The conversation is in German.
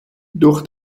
durch